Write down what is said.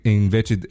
invece